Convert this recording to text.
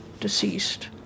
deceased